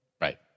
Right